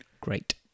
Great